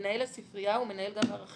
מנהל הספרייה הוא גם מנהל ארכיונים,